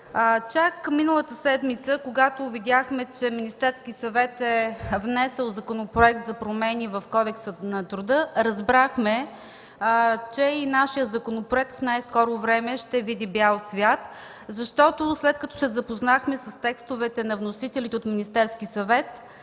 Чак миналата седмица, когато видяхме, че Министерският съвет е внесъл Законопроект за промени в Кодекса на труда, разбрахме, че и нашият законопроект в най-скоро време ще види бял свят. След като се запознахме обаче с текстовете на вносителите от Министерския съвет,